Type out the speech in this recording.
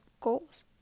goals